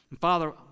father